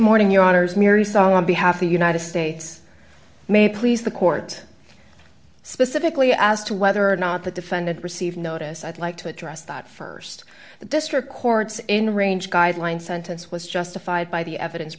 morning your honors merry song on behalf of the united states may please the court specifically as to whether or not the defendant received notice i'd like to address that st the district courts in range guideline sentence was justified by the evidence